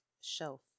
shelf